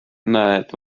näed